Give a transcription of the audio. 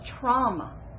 trauma